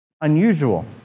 unusual